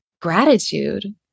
gratitude